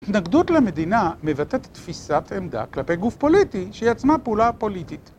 ההתנגדות למדינה מבטאת תפיסת עמדה כלפי גוף פוליטי שהיא עצמה פעולה פוליטית.